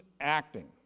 acting